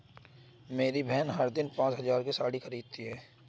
मेरी बहन हर दिन पांच हज़ार की साड़ी खरीदती है